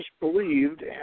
believed